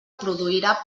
produirà